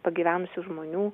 pagyvenusių žmonių